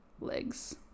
Legs